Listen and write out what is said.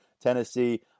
Tennessee